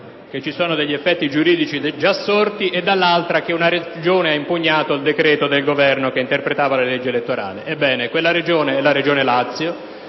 che vi sono degli effetti giuridici già sorti e, dall'altra, che una Regione ha impugnato il decreto-legge del Governo che interpretava le leggi elettorali. Ebbene, quella Regione è la Regione Lazio.